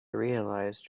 realized